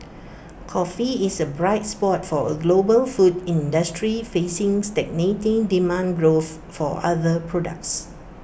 coffee is A bright spot for A global food industry facing stagnating demand growth for other products